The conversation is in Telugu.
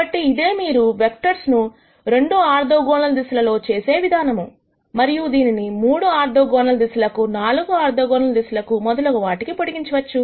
కాబట్టి ఇదే మీరు వెక్టర్స్ ను 2 ఆర్థోగోనల్ దిశ లలో ప్రొజెక్ట్ చేసే విధానము మరియు దీనిని 3 ఆర్థోగోనల్ దిశలకు 4 ఆర్థోగోనల్ దిశల కు మొదలగు వాటికి పొడిగించవచ్చు